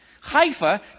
Haifa